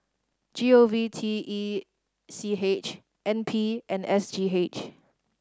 G O V T E C H N P and S G H